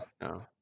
no